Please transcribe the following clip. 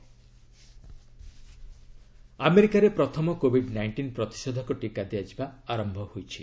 US covid vaccine ଆମେରିକାରେ ପ୍ରଥମ covid nineteen ପ୍ରତିଷେଧକ ଟୀକା ଦିଆଯିବା ଆରମ୍ଭ ହୋଇଛି